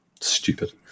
Stupid